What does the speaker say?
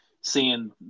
seeing